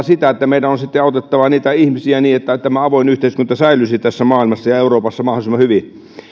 sitä että meidän on sitten autettava ihmisiä niin että tämä avoin yhteiskunta säilyisi tässä maailmassa ja euroopassa mahdollisimman hyvin